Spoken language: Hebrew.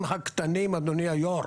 העסקים הקטנים, אדוני היו"ר,